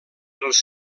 els